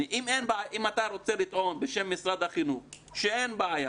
אם אתה רוצה לטעון בשם משרד החינוך שאין בעיה